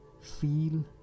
feel